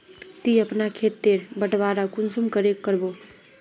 ती अपना खेत तेर बटवारा कुंसम करे करबो?